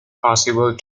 possible